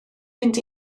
mynd